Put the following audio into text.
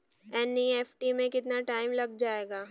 NEFT में कितना time लग जाएगा?